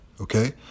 Okay